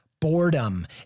Boredom